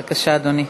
בבקשה, אדוני.